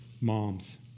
Moms